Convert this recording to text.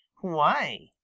why?